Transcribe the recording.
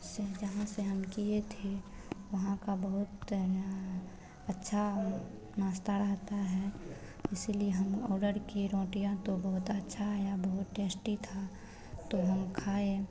से जहाँ से हम किए थे वहाँ का बहुत है न अच्छा नाश्ता रहता है इसीलिए हम ऑडर किए रोटियाँ तो बहुत अच्छा आया बहुत टेश्टी था तो हम खाए